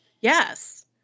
Yes